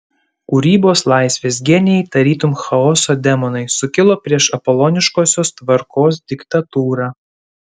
kūrybos laisvės genijai tarytum chaoso demonai sukilo prieš apoloniškosios tvarkos diktatūrą